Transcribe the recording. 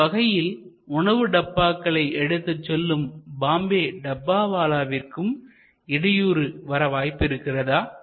இந்த வகையில் உணவு டப்பாக்களை எடுத்துச் செல்லும் பாம்பே டப்பாவாலாவிற்கும் இடையூறு வர வாய்ப்பிருக்கிறதா